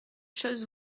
choses